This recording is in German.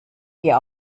dir